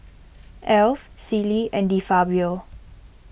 Alf Sealy and De Fabio